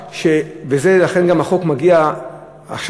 לכן גם החוק מגיע עכשיו,